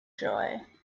joy